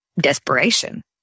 desperation